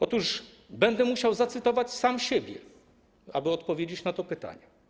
Otóż będę musiał zacytować sam siebie, aby odpowiedzieć na to pytanie.